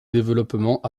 développement